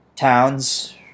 Towns